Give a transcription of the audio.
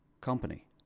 company